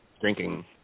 drinking